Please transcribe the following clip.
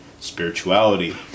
spirituality